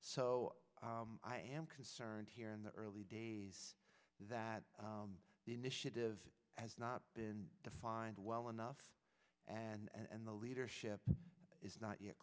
so i am concerned here in the early days that the initiative has not been defined well enough and the leadership is not yet